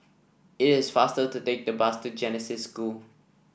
it is faster to take the bus to Genesis School